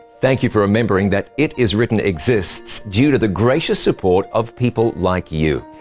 thank you for remembering that it is written exists due to the gracious support of people like you.